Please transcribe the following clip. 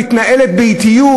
מתנהלת קצת באטיות,